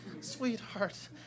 sweetheart